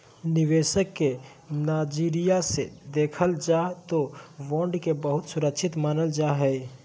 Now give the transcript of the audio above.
निवेशक के नजरिया से देखल जाय तौ बॉन्ड के बहुत सुरक्षित मानल जा हइ